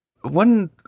One